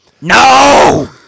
No